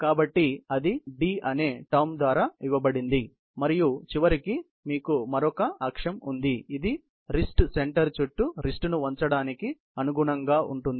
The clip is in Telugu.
కాబట్టి అది D అనే టర్మ్ ద్వారా ఇవ్వబడింది మరియు చివరకు మీకు మరొక అక్షం ఉంది ఇది రిస్ట్ సెంటర్ చుట్టూ రిస్ట్ ను వంచడానికి అనుగుణంగా ఉంటుంది